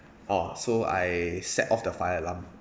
orh so I set off the fire alarm